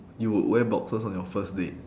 you would wear boxers on your first date